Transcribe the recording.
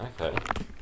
Okay